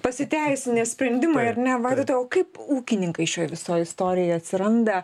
pasiteisinę sprendimai ar ne vaidotai o kaip ūkininkai šioj visoj istorijoj atsiranda